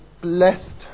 blessed